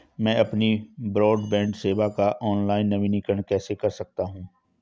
मैं अपनी ब्रॉडबैंड सेवा का ऑनलाइन नवीनीकरण कैसे कर सकता हूं?